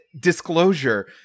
Disclosure